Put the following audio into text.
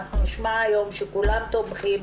אנחנו נשמע היום שכולם תומכים,